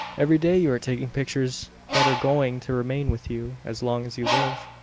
every day you are taking pictures that are going to remain with you as long as you live.